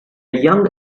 young